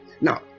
Now